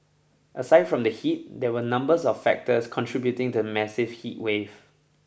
aside from the heat there were numbers of factors contributing to the massive heatwave